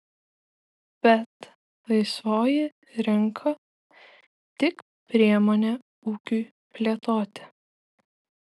bet laisvoji rinka tik priemonė ūkiui plėtoti